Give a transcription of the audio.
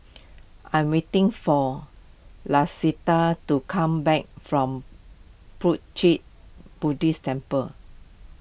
I am waiting for Lisette to come back from Puat Jit Buddhist Temple